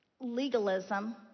legalism